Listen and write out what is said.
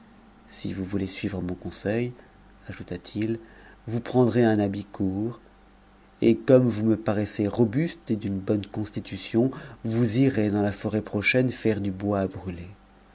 si vous voulez suivre mon conseil ajouta-t-il vous prendrez un habit court et comme vous me paraissez robuste et d'une bonne constitution vous irez dans la forêt prochaine faire du bois à brûler